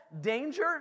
danger